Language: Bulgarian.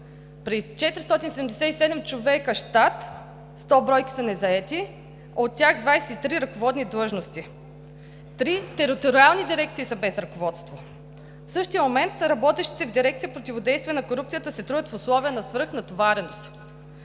При 477 човека щат – 100 бройки са незаети, от тях 23 ръководни длъжности. Три териториални дирекции са без ръководство. В същия момент работещите в дирекция „Противодействие на корупцията“ се трудят в условия на свръхнатовареност.